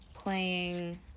Playing